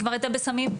היא כבר הייתה בסמים,